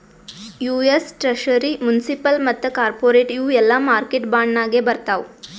US treasury, municipal ಮತ್ತ corporate ಇವು ಎಲ್ಲಾ ಮಾರ್ಕೆಟ್ ಬಾಂಡ್ ನಾಗೆ ಬರ್ತಾವ್